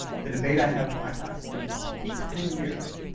the debate i had with my class is in ten years,